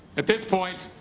at this point,